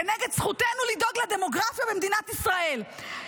כנגד זכותנו לדאוג לדמוגרפיה במדינת ישראל.